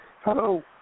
Hello